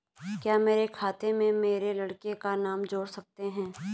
क्या मेरे खाते में मेरे लड़के का नाम जोड़ सकते हैं?